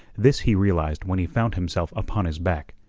this he realized when he found himself upon his back,